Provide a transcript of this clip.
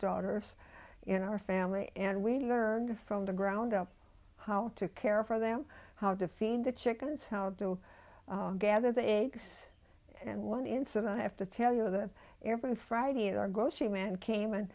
daughters in our family and we've heard from the ground up how to care for them how to feed the chickens how do gather the eggs and one incident i have to tell you that every friday our grocery man came and